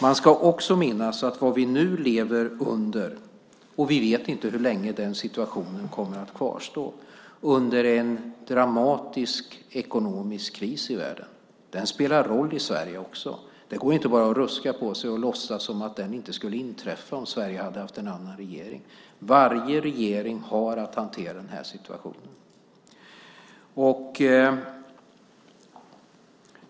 Man ska också minnas att vi nu lever under en dramatisk ekonomisk kris i världen som vi inte vet hur länge den kommer att kvarstå. Den spelar roll i Sverige också. Det går inte att bara ruska på sig och låtsas som att den inte skulle ha inträffat om Sverige hade haft en annan regering. Varje regering har att hantera denna situation.